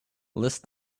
list